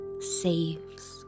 saves